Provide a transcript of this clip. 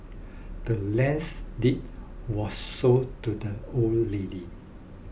the land's deed was sold to the old lady